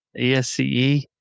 ASCE